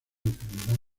enfermedad